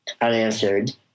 unanswered